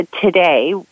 today